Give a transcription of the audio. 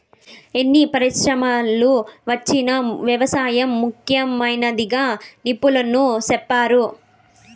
ఎన్ని పరిశ్రమలు వచ్చినా వ్యవసాయం ముఖ్యమైనదిగా నిపుణులు సెప్తారు